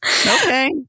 okay